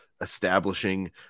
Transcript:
establishing